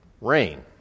rain